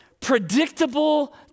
predictable